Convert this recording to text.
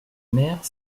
mère